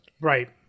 right